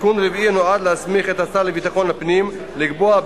התיקון הרביעי נועד להסמיך את השר לביטחון הפנים לקבוע,